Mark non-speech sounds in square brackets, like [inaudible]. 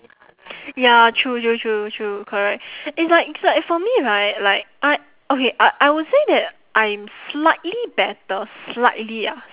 ya true true true true correct it's like it's like for me right like [noise] okay uh I would say that I'm slightly better slightly ah